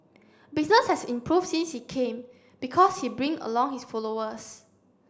business has improved since he came because he'll bring along his followers